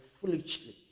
foolishly